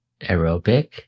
Aerobic